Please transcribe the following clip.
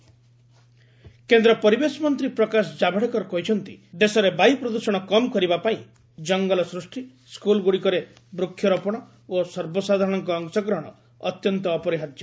RS air pollution କେନ୍ଦ୍ର ପରିବେଶ ମନ୍ତ୍ରୀ ପ୍ରକାଶ ଜାଭଡେକର କହିଛନ୍ତି ଦେଶରେ ବାୟୁ ପ୍ରଦ୍ଷଣ କମ୍ କରିବା ପାଇଁ ଜଙ୍ଗଲ ସୃଷ୍ଟି ସ୍କୁଲ୍ଗୁଡ଼ିକରେ ବୃକ୍ଷ ରୋପଣ ଓ ସର୍ବସାଧାରଣଙ୍କ ଅଂଶଗ୍ରହଣ ଅତ୍ୟନ୍ତ ଅପରିହାର୍ଯ୍ୟ